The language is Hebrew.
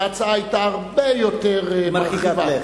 וההצעה היתה הרבה יותר מרחיבה.